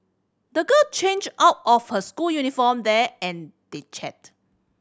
the girl changed out of her school uniform there and they chatted